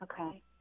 Okay